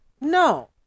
No